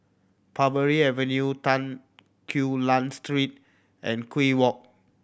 Parbury Avenue Tan Quee Lan Street and Kew Walk